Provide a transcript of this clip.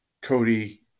Cody